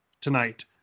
tonight